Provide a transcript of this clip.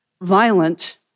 violent